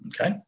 Okay